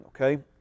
okay